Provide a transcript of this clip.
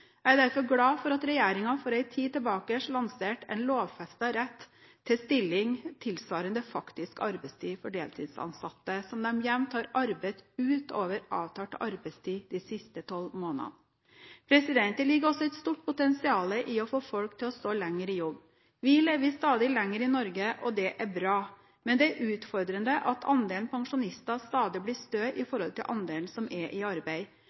Jeg er derfor glad for at regjeringen for en tid siden lanserte en lovfestet rett til stilling tilsvarende faktisk arbeidstid for deltidsansatte dersom de jevnt har arbeidet utover avtalt arbeidstid de siste tolv månedene. Det ligger også et stort potensial i å få folk til å stå lenger i jobb. Vi lever stadig lenger i Norge – og det er bra. Men det er utfordrende at andelen pensjonister stadig blir større i forhold til andelen som er i arbeid.